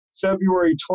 February